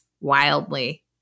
wildly